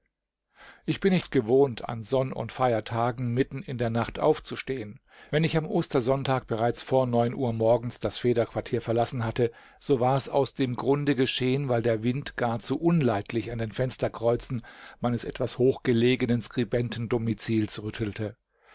ich bin nicht gewohnt an sonn und feiertagen mitten in der nacht aufzustehen wenn ich am ostersonntag bereits vor neun uhr morgens das federquartier verlassen hatte so war's aus dem grunde geschehen weil der wind gar zu unleidlich an den fensterkreuzen meines etwas hochgelegenen skribentendomizils rüttelte